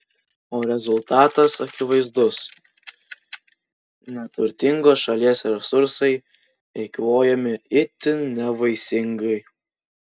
o rezultatas akivaizdus neturtingos šalies resursai eikvojami itin nevaisingai